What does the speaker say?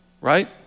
right